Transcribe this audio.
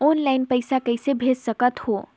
Online पइसा कइसे भेज सकत हो?